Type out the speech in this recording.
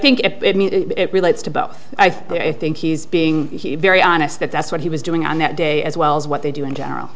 think it relates to both i think he's being very honest that that's what he was doing on that day as well as what they do in general